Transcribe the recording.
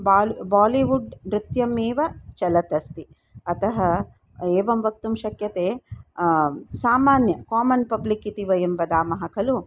बाल् Bollywood नृत्यमेव चलत् अस्ति अतः एवं वक्तुं शक्यते सामान्यं कामन् पब्लिक् इति वयं वदामः खलु